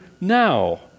now